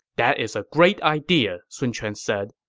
that is a great idea, sun quan said.